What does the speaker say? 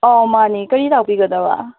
ꯑꯣ ꯃꯥꯅꯦ ꯀꯔꯤ ꯇꯥꯛꯄꯤꯒꯗꯕ